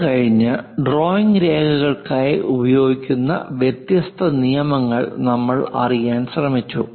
അത് കഴിഞ്ഞു ഡ്രോയിംഗ് രേഖകൾക്കായി ഉപയോഗിക്കുന്ന വ്യത്യസ്ത നിയമങ്ങൾ നമ്മൾ അറിയാൻ ശ്രമിച്ചു